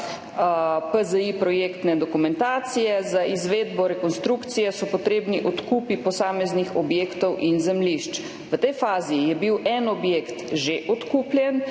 PZI, projektne dokumentacije. Za izvedbo rekonstrukcije so potrebni odkupi posameznih objektov in zemljišč. V tej fazi je bil en objekt že odkupljen,